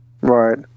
Right